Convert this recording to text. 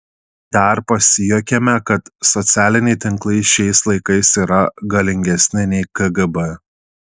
dar pasijuokėme kad socialiniai tinklai šiais laikais yra galingesni nei kgb